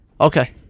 Okay